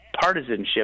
partisanship